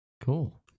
Cool